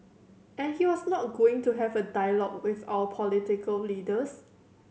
and he was not going to have a dialogue with our political leaders